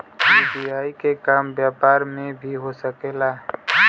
UPI के काम व्यापार में भी हो सके ला?